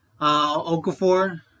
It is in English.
Okafor